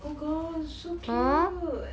oh gosh so cute